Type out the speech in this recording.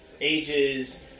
ages